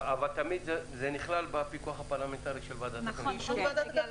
אבל זה נכלל בפיקוח הפרלמנטרי של ועדת הכלכלה.